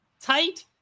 tight